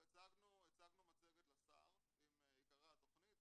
כבר הצגנו מצגת לשר עם עיקרי התוכנית.